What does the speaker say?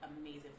amazing